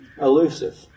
elusive